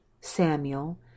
Samuel